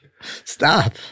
Stop